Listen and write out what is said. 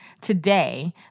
today